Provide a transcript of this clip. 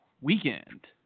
weekend